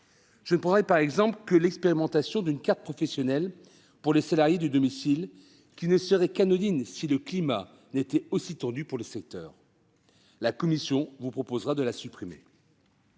Je ne prendrai pour exemple que l'expérimentation d'une carte professionnelle pour les salariés du domicile, qui serait anodine si le climat n'était pas aussi tendu pour le secteur. La commission vous proposera de la supprimer.